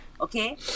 Okay